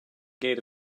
gate